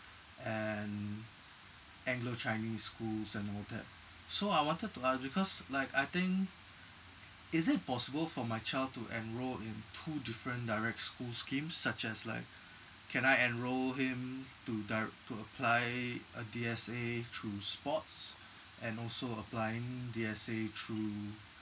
and anglo chinese schools and all that so I wanted to ask because like I think is it possible for my child to enrol in two different direct school scheme such as like can I enrol him to dir~ to apply uh D_S_A through sports and also applying D_S_A through